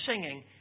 singing